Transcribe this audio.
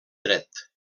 dret